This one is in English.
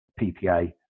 PPA